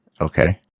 Okay